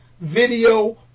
video